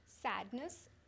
Sadness